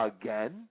again